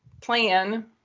plan